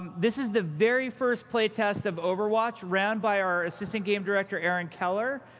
this is the very first playtest of overwatch, ran by our assistant game director aaron keller.